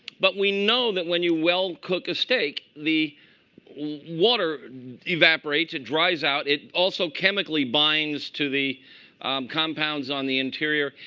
but we know that when you well cook a steak, the water evaporates. it and dries out. it also chemically binds to the compounds on the interior,